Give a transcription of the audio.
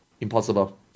impossible